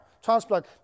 transplant